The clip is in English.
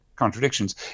contradictions